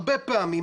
הרבה פעמים,